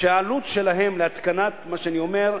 והעלות שלהם להתקנת מה שאני אומר,